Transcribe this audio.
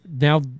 now